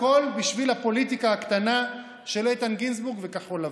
הכול בשביל הפוליטיקה הקטנה של איתן גינזבורג וכחול לבן.